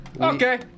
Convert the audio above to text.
Okay